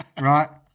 right